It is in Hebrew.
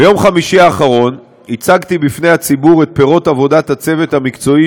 ביום חמישי האחרון הצגתי בפני הציבור את פירות עבודת הצוות המקצועי